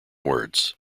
words